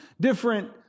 different